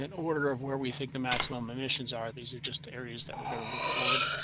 and order of where we think the maximum initiatives are, these are just areas that we're going to work forward